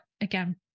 again